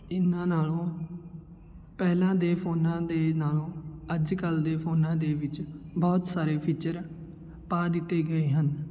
ਇਹਨਾਂ ਨਾਲੋਂ ਪਹਿਲਾਂ ਦੇ ਫੋਨਾਂ ਦੇ ਨਾਲੋਂ ਅੱਜ ਕੱਲ੍ਹ ਦੇ ਫੋਨਾਂ ਦੇ ਵਿੱਚ ਬਹੁਤ ਸਾਰੇ ਫੀਚਰ ਪਾ ਦਿੱਤੇ ਗਏ ਹਨ